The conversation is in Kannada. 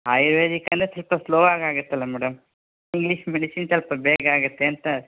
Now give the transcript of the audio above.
ಆಯುರ್ವೇದಿಕ್ ಅಂದರೆ ಸ್ವಲ್ಪ ಸ್ಲೋ ಆಗಿ ಆಗುತ್ತಲ್ಲ ಮೇಡಮ್ ಇಂಗ್ಲೀಷ್ ಮೆಡಿಸಿನ್ ಸ್ವಲ್ಪ ಬೇಗ ಆಗುತ್ತೆ ಅಂತ